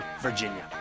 Virginia